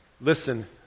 Listen